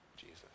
Jesus